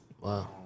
Wow